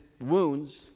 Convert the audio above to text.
wounds